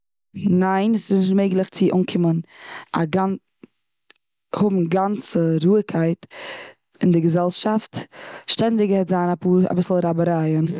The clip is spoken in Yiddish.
ניין ס'איז נישט מעגליך צו אנקומען א גאנ- האבן גאנצע רואיגקייט און די געזעלשפט. שטענדיג וועט זיין אפאר אביסל רייבערייען.